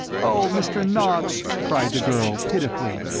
oh, mr. knox! cried the girl, pitifully,